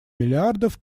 миллиардов